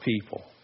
people